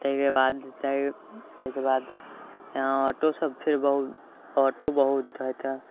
ताहिके बाद ताहि ताहिके बाद यहाँ ऑटोसभ फेर बहुत ऑटो बहुत हइ तऽ